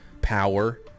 power